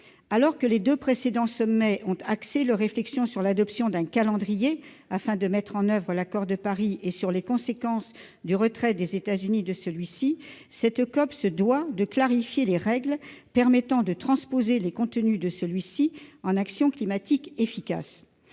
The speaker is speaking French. Alors que les deux précédents sommets ont axé leur réflexion sur l'adoption d'un calendrier afin de mettre en oeuvre l'accord de Paris et sur les conséquences du retrait des États-Unis de celui-ci, la COP qui va avoir lieu se doit de clarifier les règles permettant de transposer les contenus de cet accord en actions climatiques efficaces.